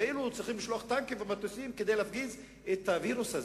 כאילו צריכים לשלוח טנקים ומטוסים כדי להפגיז את הווירוס הזה.